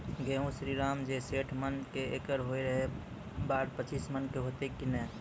गेहूँ श्रीराम जे सैठ मन के एकरऽ होय रहे ई बार पचीस मन के होते कि नेय?